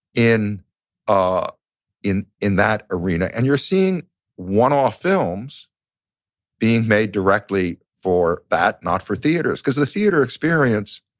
in ah in in that arena. and you're seeing one off films being made directly for that, not for theaters. cause the theater experience,